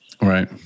Right